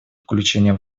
включения